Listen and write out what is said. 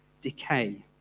decay